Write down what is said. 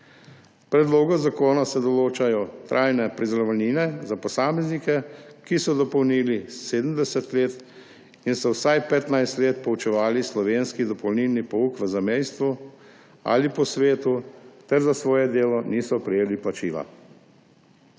predlogu zakona se določajo trajne priznavalnine za posameznike, ki so dopolnili 70 let in so vsaj 15 let poučevali slovenski dopolnilni pouk v zamejstvu ali po svetu ter za svoje delo niso prejeli plačila.